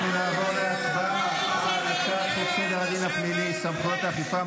אנחנו נעבור להצבעה על הצעת חוק סדר הדין הפלילי (סמכויות אכיפה,